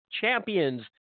champions